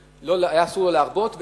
היה אסור לו להרבות מזה,